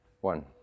one